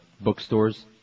bookstores